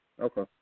Okay